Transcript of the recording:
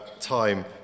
time